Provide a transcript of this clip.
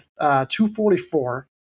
244